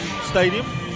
stadium